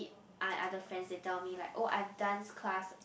I other friends that tell me like oh I've dance class